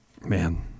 Man